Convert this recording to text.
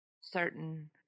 certain